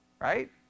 right